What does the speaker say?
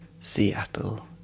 Seattle